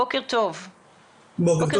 בוקר טוב, אריאל.